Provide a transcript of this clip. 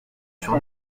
sur